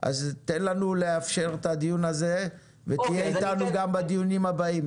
אז תן לנו לאפשר את הדיון הזה ותהיה איתנו גם בדיונים הבאים.